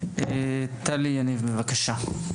טלי יניב, בבקשה.